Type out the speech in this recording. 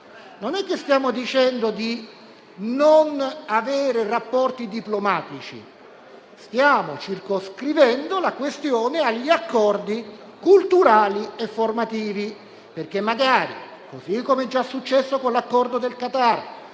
Non stiamo dicendo di non avere rapporti diplomatici; stiamo circoscrivendo la questione agli accordi culturali e formativi, perché magari, come è già avvenuto con l'accordo con il Qatar,